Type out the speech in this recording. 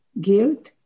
guilt